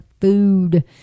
food